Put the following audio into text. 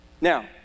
Now